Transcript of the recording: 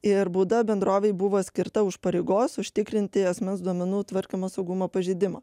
ir bauda bendrovei buvo skirta už pareigos užtikrinti asmens duomenų tvarkymo saugumo pažeidimą